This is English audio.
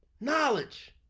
knowledge